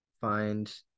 find